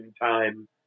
time